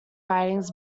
writings